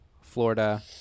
Florida